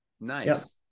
Nice